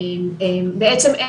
בעצם,